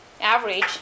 average